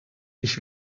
ich